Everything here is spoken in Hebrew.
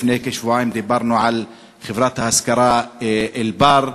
לפני כשבועיים דיברנו על חברת ההשכרה "אלבר",